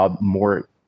more